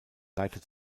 leitet